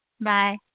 Bye